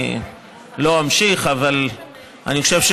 אני לא אמשיך, אבל אני חושב,